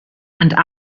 and